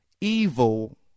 evil